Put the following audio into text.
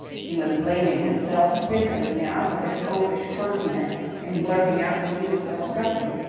he was blaming himself bitterly now for his oafish clumsiness in blurting out the news so abruptly.